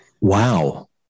Wow